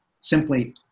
simply